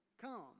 come